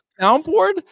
soundboard